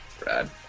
Brad